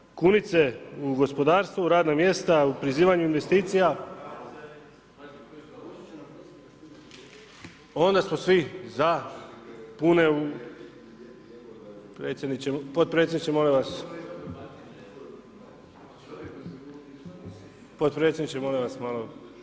Kada treba kunice u gospodarstvu u radna mjesta, u prizivanju investicija, onda smo svi za pune, potpredsjedniče molim vas, potpredsjedniče molim vas malo…